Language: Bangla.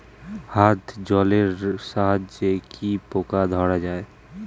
হাত জলের সাহায্যে কি পোকা ধরা যায়?